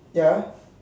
ya